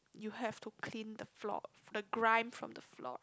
you have to clean the floor the grind from the floor